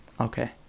Okay